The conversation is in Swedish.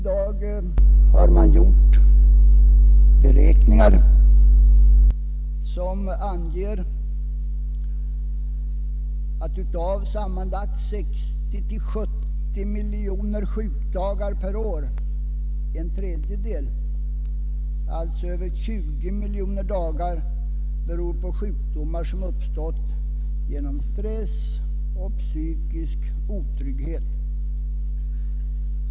Det har nu gjorts beräkningar, som anger att av sammanlagt 60—70 miljoner sjukdagar per år en tredjedel — alltså över 20 miljoner dagar — hänför sig till sjukdomar som uppstått genom stress och psykisk otrygghet.